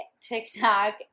tiktok